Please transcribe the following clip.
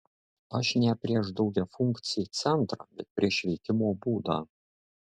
aš ne prieš daugiafunkcį centrą bet prieš veikimo būdą